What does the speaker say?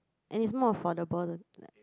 and is more affordable like